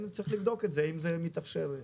צריך לבדוק האם זה מתאפשר.